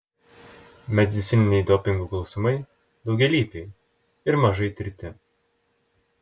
medicininiai dopingų klausimai daugialypiai ir mažai tirti